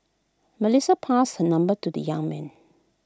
Melissa passed her number to the young man